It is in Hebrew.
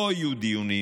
לא יהיו דיונים